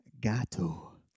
Gato